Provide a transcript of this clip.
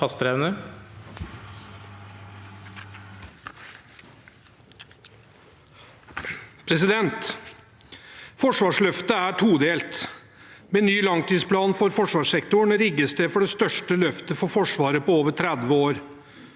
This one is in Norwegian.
Forsvarsløftet er todelt. Med ny langtidsplan for forsvarssektoren rigges det for det største løftet for Forsvaret på over 30 år.